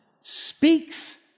speaks